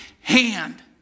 hand